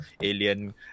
alien